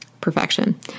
perfection